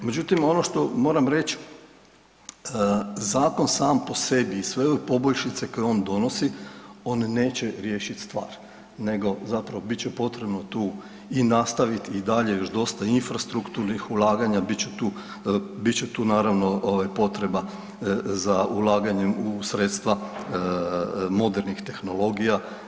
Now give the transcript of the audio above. Međutim, ono što moram reći, zakon sam po sebi i sve ove poboljšice koje on donosi on neće riješiti stvar nego zapravo bit će potrebno tu i nastaviti i dalje još infrastrukturnih ulaganja, bit će tu naravno ovaj potreba za ulaganjem u sredstva modernih tehnologija.